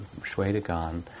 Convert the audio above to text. Shwedagon